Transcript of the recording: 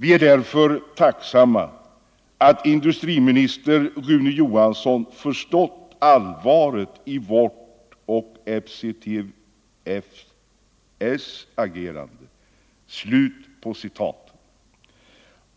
Vi är därför tacksamma att industriminister Rune Johansson förstått allvaret i vårt och FCTF:s agerande.”